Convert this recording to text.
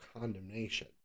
condemnation